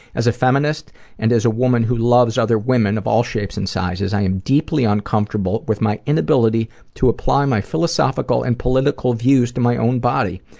as a feminist and as a woman who loves other women of all shapes and sizes, i am deeply uncomfortable with my inability to apply my philosophical and political views to my own body.